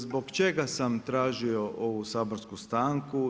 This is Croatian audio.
Zbog čega sam tražio ovu saborsku stanku?